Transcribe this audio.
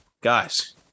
Guys